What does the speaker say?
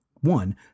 One